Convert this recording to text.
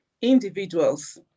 individuals